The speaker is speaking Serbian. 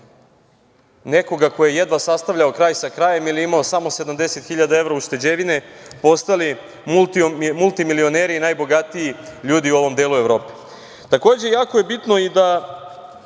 nekoga ko je jedva sastavljao kraj sa krajem ili imao samo 70.000 evra ušteđevine postali multimilioneri i najbogatiji ljudi u ovom delu Evrope. Takođe, jako je bitno i da